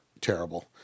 terrible